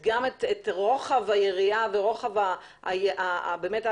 גם את רוחב היריעה ורוחב ההתמודדות